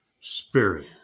spirit